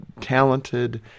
talented